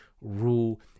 rule